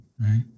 right